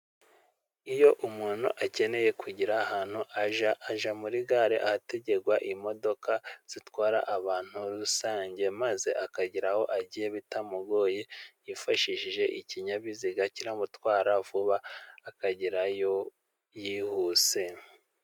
Iyo umuntu akeneye kugira ahantu ajya, ajya muri gare ahategerwa imodoka zitwara abantu rusange, maze akagera aho agiye bitamugoye, yifashishije ikinyabiziga kiramutwara vuba akagerayo yihuse.